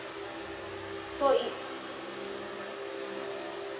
so it